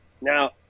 Now